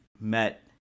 met